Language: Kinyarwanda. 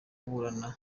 kuburana